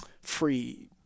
free